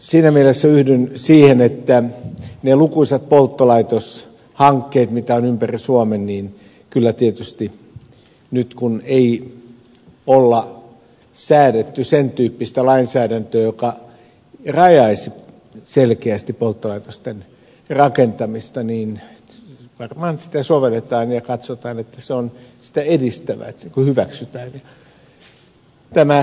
siinä mielessä yhdyn siihen että niiden lukuisten polttolaitoshankkeiden osalta mitä on ympäri suomen kun nyt ei ole säädetty sen tyyppistä lainsäädäntöä joka rajaisi selkeästi polttolaitosten rakentamista niin varmaan sitä sovelletaan ja katsotaan että ne sitä edistävät kun se hyväksytään